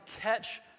catch